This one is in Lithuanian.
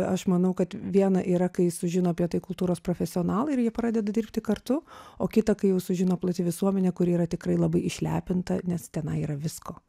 aš manau kad viena yra kai sužino apie tai kultūros profesionalai ir jie pradeda dirbti kartu o kita kai jau sužino plati visuomenė kuri yra tikrai labai išlepinta nes tenai yra visko